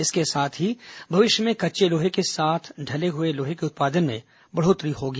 इसके साथ ही भविष्य में कच्चे लोहे के साथ ही ढले हुए लोहे के उत्पादन में बढ़ोत्तरी होगी